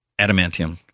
adamantium